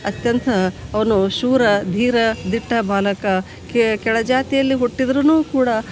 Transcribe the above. ಅತ್ಯಂತ ಅವನು ಶೂರ ಧೀರ ದಿಟ್ಟ ಬಾಲಕ ಕೆಳಜಾತಿಯಲ್ಲಿ ಹುಟ್ಟಿದ್ರೂ ಕೂಡ